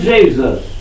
Jesus